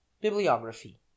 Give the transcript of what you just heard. bibliography